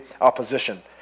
opposition